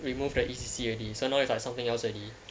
remove the E_C_C already so now it's like something else already